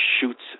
shoots